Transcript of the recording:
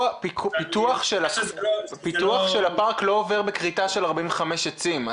פיתוח של הפארק לא עובר בכריתה של 45 עצים.